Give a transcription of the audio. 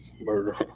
murder